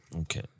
Okay